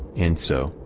and so,